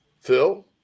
Phil